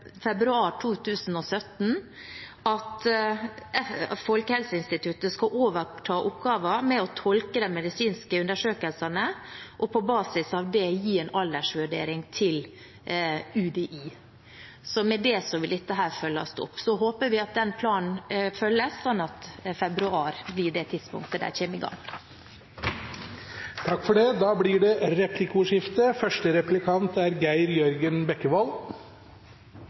februar 2017 skal overta oppgaven med å tolke de medisinske undersøkelsene og på basis av det gi en aldersvurdering til UDI – så med det vil dette følges opp. Vi håper at den planen følges, slik at februar blir det tidspunktet da de kommer i gang. Det blir replikkordskifte. I mitt innlegg tok jeg opp betydningen av at det er